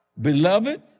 Beloved